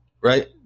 right